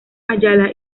ayala